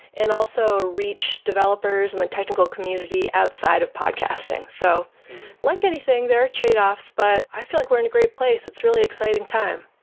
and also reach developers in the technical community outside of podcasting. so like anything, there are trade-offs, but i feel like we're in a great place. it's really exciting time.